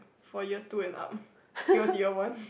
for year two and up he was year one